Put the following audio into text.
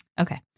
Okay